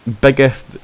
Biggest